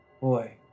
Boy